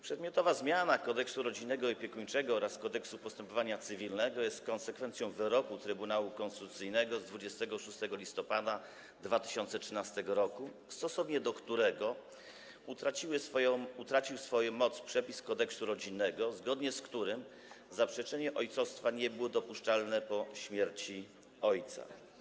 Przedmiotowa zmiana Kodeksu rodzinnego i opiekuńczego oraz Kodeksu postępowania cywilnego jest konsekwencją wyroku Trybunału Konstytucyjnego z 26 listopada 2013 r., stosownie do którego utracił swoją moc przepis kodeksu rodzinnego, zgodnie z którym zaprzeczenie ojcostwa nie było dopuszczalne po śmierci ojca.